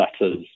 letters